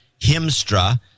Himstra